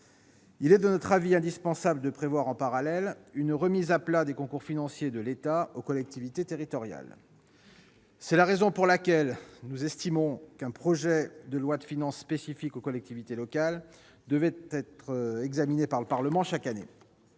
il est donc indispensable de prévoir en parallèle une remise à plat des concours financiers de l'État aux collectivités territoriales. Chiche ! C'est la raison pour laquelle nous estimons qu'un projet de loi de finances spécifique aux collectivités locales devrait être examiné par le Parlement chaque année.